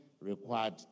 required